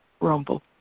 rumble